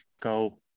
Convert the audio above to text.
go